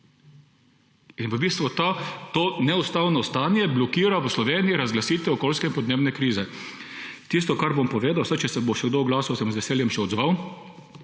In to neustavno stanje blokira v Sloveniji razglasitev okoljske in podnebne krize. Tisto, kar bom povedal – saj če se bo še kdo oglasil, se bom z veseljem še odzval